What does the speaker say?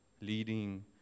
leading